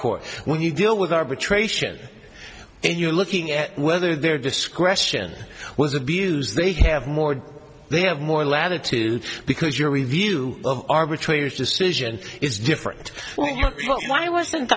court when you deal with arbitration and you're looking at whether their discretion was abuse they have more they have more latitude because your review of arbitrator's decision is different why wasn't